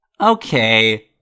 okay